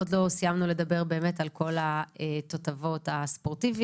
עוד לא סיימנו לדבר באמת על כל התותבות הספורטיביות,